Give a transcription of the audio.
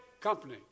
company